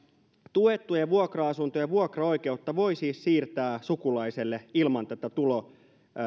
tuettujen vuokra asuntojen vuokraoikeutta voi siirtää sukulaiselle ilman tulo